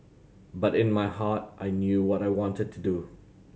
but in my heart I knew what I wanted to do